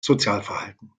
sozialverhalten